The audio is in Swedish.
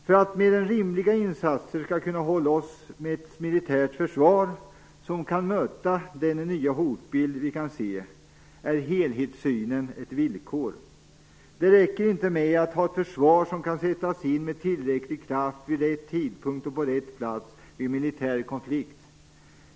För att vi med rimliga insatser skall kunna hålla oss med ett militärt försvar som kan möta den nya hotbild vi kan se är helhetssynen ett villkor. Det räcker inte med att ha ett försvar som kan sättas in med tillräcklig kraft vid rätt tidpunkt och på rätt plats vid en militär konflikt.